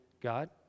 God